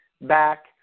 back